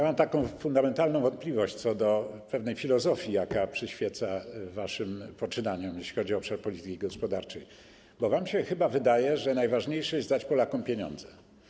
Mam taką fundamentalną wątpliwość co do pewnej filozofii, jaka przyświeca waszym poczynaniom, jeśli chodzi obszar polityki gospodarczej, bo wam chyba się wydaje, że najważniejsze to dać Polakom pieniądze.